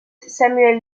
samuel